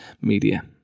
media